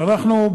שאנחנו,